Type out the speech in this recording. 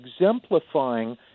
exemplifying